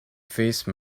face